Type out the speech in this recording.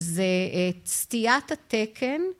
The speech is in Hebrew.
זה סטיית התקן